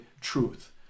truth